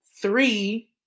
three